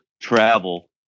travel